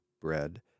bread